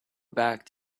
back